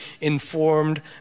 informed